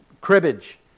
cribbage